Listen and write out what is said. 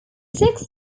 six